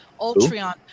Ultron